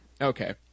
Okay